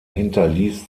hinterließ